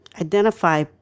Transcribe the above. identify